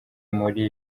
muri